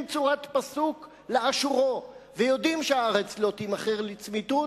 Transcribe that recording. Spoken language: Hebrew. צורת פסוק לאשורו ויודעים שהארץ לא תימכר לצמיתות,